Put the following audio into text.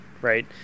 right